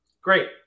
Great